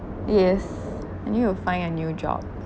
yes I need to find a new job